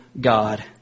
God